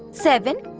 seven,